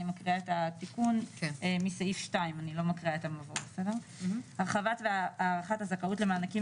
אני מקריאה את התיקון מסעיף 2. הרחבת והארכת הזכאות למענקים